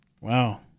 Wow